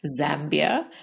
Zambia